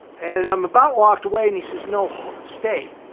and and i'm about walked away and he says, no, stay,